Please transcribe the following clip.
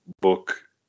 book